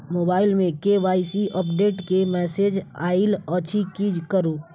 Mobile मे KYC update केँ message आइल अछि की करू?